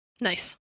Nice